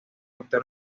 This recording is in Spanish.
actor